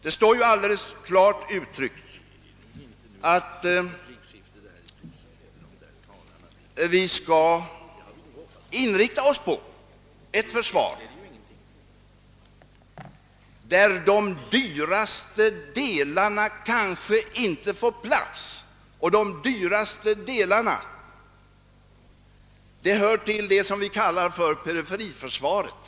Det står alldeles klart uttryckt, att vi kanske tvingas att inrikta oss på ett försvar där de dyraste delarna eventuellt inte får plats. Och de dyraste delarna är ingredienser 1 det som vi kallar för periferiförsvaret.